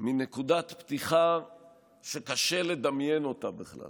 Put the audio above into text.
מנקודת פתיחה שקשה לדמיין בכלל